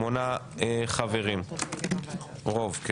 בוועדה, רוב.